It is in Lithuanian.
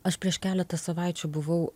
aš prieš keletą savaičių buvau